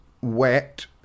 wet